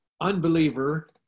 unbeliever